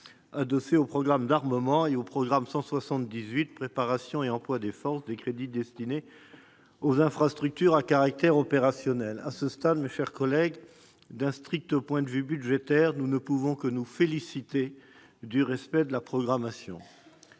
adossés au programme d'armement et au programme 178, « Préparation et emploi des forces » des crédits destinés aux infrastructures à caractère opérationnel. À ce stade, mes chers collègues, d'un strict point de vue budgétaire, nous ne pouvons que nous féliciter du respect de la programmation.